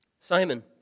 Simon